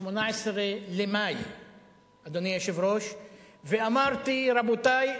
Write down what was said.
ב-18 במאי ואמרתי: רבותי,